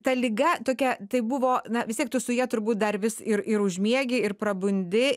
ta liga tokia tai buvo na vis tiek tu su ja turbūt dar vis ir ir užmiegi ir prabundi